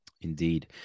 Indeed